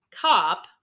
cop